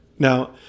Now